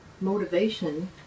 motivation